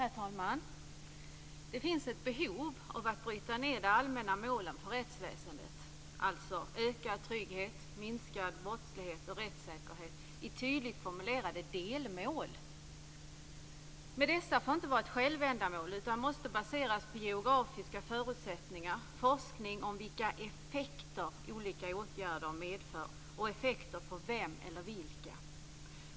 Herr talman! Det finns ett behov av att bryta ned de allmänna målen för rättsväsendet, alltså ökad trygghet, minskad brottslighet och rättssäkerhet, i tydligt formulerade delmål. Men dessa får inte vara självändamål utan måste baseras på geografiska förutsättningar och forskning om vilka effekter olika åtgärder medför och för vem eller vilka.